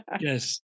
Yes